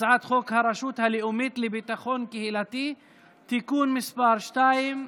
הצעת חוק הרשות הלאומית לביטחון קהילתי (תיקון מס' 2),